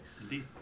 Indeed